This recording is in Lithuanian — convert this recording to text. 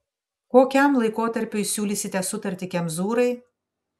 kokiam laikotarpiui siūlysite sutartį kemzūrai